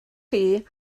chi